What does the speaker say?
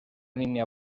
línea